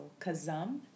Kazam